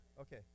Okay